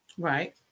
Right